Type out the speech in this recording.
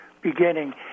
beginning